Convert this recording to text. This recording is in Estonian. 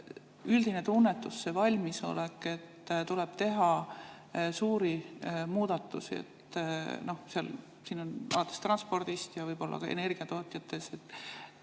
üldine tunnetus või valmisolek, et tuleb teha suuri muudatusi alates transpordist ja võib-olla ka energiatootjatest?